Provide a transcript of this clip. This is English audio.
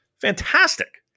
Fantastic